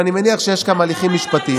ואני מניח שיש גם הליכים משפטים.